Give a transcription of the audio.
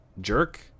jerk